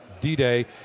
D-Day